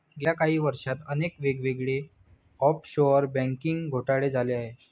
गेल्या काही वर्षांत अनेक वेगवेगळे ऑफशोअर बँकिंग घोटाळे झाले आहेत